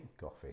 Coffee